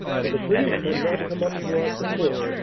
for the british had not come up to our support.